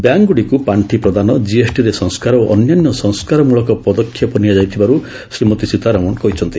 ବ୍ୟାଙ୍କ୍ଗୁଡ଼ିକୁ ପାଣ୍ଡି ପ୍ରଦାନ ଜିଏସ୍ଟିରେ ସଂସ୍କାର ଓ ଅନ୍ୟାନ୍ୟ ସଂସ୍କାରମଳକ ପଦକ୍ଷେପ ନିଆଯାଇଥିବାର ଶ୍ରୀମତୀ ସୀତାରମଣ କହିଛନ୍ତି